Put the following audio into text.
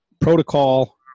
Protocol